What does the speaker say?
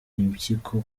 impyiko